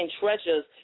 treasures